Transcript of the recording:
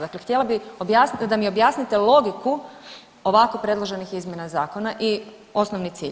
Dakle, htjela bi da mi objasnite logiku ovako predloženih izmjena zakona i osnovni cilj.